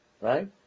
right